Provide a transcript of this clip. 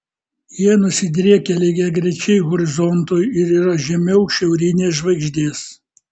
jie nusidriekę lygiagrečiai horizontui ir yra žemiau šiaurinės žvaigždės